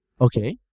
Okay